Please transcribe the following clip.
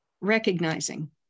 Recognizing